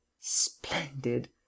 Splendid